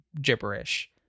gibberish